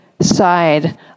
side